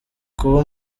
kuba